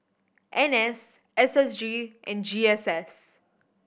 N S S S G and G S S